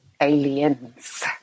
aliens